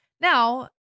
now